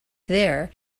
there